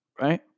right